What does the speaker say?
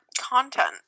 content